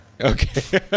okay